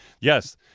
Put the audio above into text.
Yes